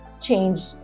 changed